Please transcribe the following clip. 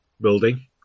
building